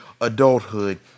adulthood